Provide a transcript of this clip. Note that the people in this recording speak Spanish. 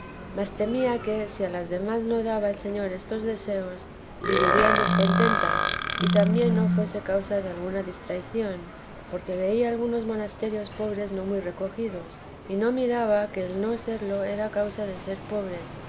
mas temía que si a las demás no daba el señor estos deseos vivirían descontentas y también no fuese causa de alguna distracción porque veía algunos monasterios pobres no muy recogidos y no miraba que el no serlo era causa de ser pobres